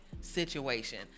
situation